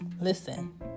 Listen